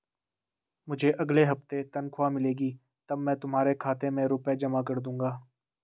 मुझे अगले हफ्ते तनख्वाह मिलेगी तब मैं तुम्हारे खाते में रुपए जमा कर दूंगा